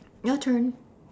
your turn